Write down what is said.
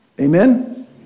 Amen